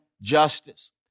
justice